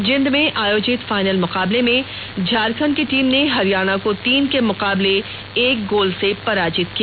जिंद में आयोजित फाइनल मुकाबले में झारखंड की टीम ने हरियाणा को तीन के मुकाबले एक गोल से पराजित किया